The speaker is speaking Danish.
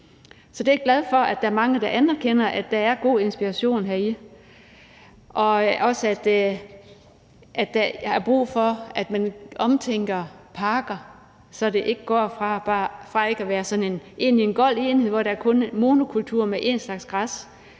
Så det er jeg glad for at der er mange der anerkender, altså at der er god inspiration heri, og at der er brug for, at man omtænker parker, så det ikke bliver sådan en gold enhed med monokultur med én slags græs,